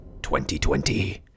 2020